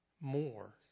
more